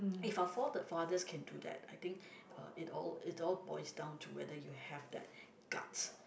uh if our forefather can do that I think uh it all it all points down to whether you have that guts